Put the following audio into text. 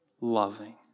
loving